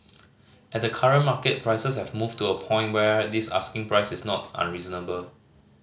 at the current market prices have moved to a point where this asking price is not unreasonable